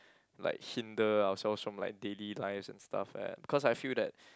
like hinder ourselves from like daily lives and stuff ah cause I feel that